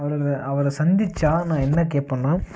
அவர் அவரை சந்திச்சா நான் என்ன கேட்பன்னா